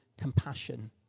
compassion